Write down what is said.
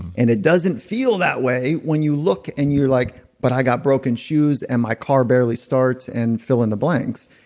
and it doesn't feel that way when you look and you're like, but i got broken shoes and my car barely starts and fill in the blanks.